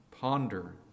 Ponder